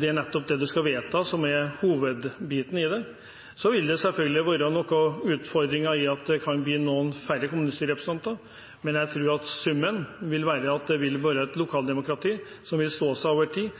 det er nettopp det en skal vedta, som er hovedbiten i dette. Så vil det selvfølgelig være noen utfordringer med at det kan bli noen færre kommunestyrerepresentanter. Men jeg tror at summen vil være et lokaldemokrati som vil stå seg over tid.